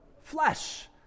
flesh